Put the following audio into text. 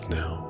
now